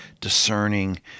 discerning